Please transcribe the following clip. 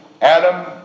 Adam